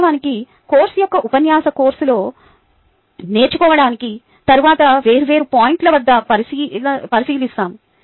వాస్తవానికి కోర్సు యొక్క ఉపన్యాస కోర్సులో నేర్చుకోవడాన్ని తరువాత వేర్వేరు పాయింట్ల వద్ద పరిశీలిస్తాము